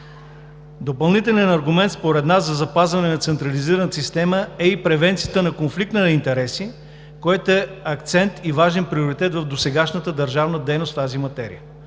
Допълнителен аргумент според нас за запазване на централизираната система е и превенцията на конфликт на интереси, което е акцент и важен приоритет в досегашната държавна дейност в тази материя.